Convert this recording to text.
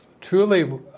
truly